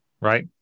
Right